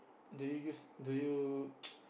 do you use do you